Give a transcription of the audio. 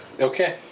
Okay